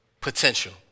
potential